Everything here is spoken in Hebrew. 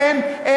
כן,